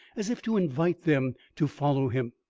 as if to invite them to follow him.